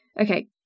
Okay